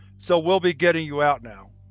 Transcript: so we'll be getting you out now.